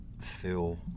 feel